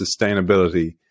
sustainability